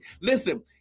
Listen